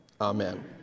Amen